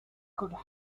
could